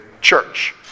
church